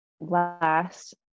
last